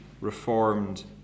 Reformed